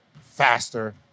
faster